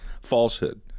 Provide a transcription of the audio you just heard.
falsehood